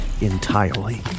entirely